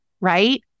right